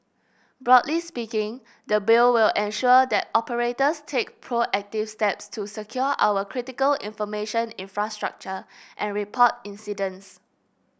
broadly speaking the Bill will ensure that operators take proactive steps to secure our critical information infrastructure and report incidents